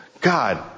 God